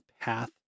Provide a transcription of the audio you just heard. path